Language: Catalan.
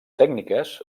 tècniques